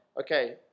okay